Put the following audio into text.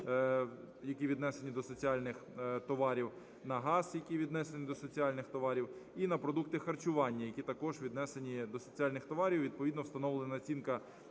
які віднесені до соціальних товарів; на газ, який віднесений до соціальних товарів; і на продукти харчування, які також віднесені до соціальних товарів. І відповідно встановлена націнка